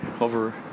over